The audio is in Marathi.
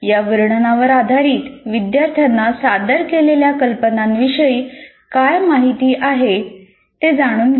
या वर्णनावर आधारित विद्यार्थ्यांना सादर केलेल्या कल्पनांविषयी काय माहित आहे ते जाणून घ्या